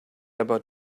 about